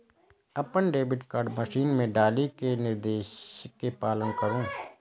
अपन debit card machine मे डालि कें निर्देश के पालन करु